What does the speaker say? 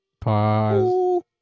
Pause